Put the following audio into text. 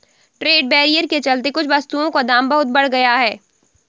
trade barrier के चलते कुछ वस्तुओं का दाम बहुत बढ़ गया है